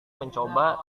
mencoba